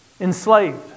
Enslaved